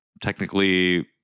technically